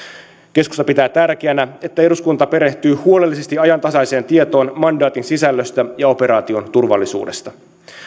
keskusta pitää tärkeänä että eduskunta perehtyy huolellisesti ajantasaiseen tietoon mandaatin sisällöstä ja operaation turvallisuudesta